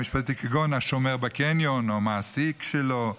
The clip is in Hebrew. כגון השומר בקניון או המעסיק שלו,